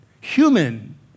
human